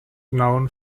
known